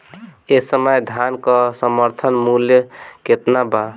एह समय धान क समर्थन मूल्य केतना बा?